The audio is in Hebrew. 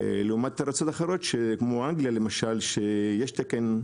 לעומת ארצות אחרות כמו אנגליה למשל שיש תקן,